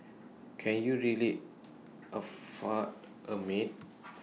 can you really afford A maid